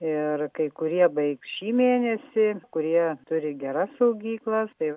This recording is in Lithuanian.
ir kai kurie baigs šį mėnesį kurie turi geras saugyklas tai